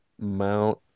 Mount